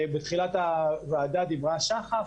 בתחילת הוועדה דיברה שחף,